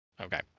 Okay